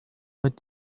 what